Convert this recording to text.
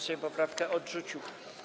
Sejm poprawkę odrzucił.